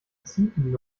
ziepen